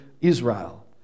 Israel